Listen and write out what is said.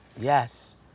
Yes